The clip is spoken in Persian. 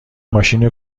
ماشین